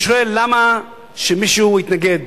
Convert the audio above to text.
ואני שואל: למה שמישהו יתנגד,